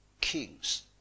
kings